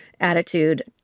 attitude